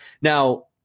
Now